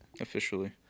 officially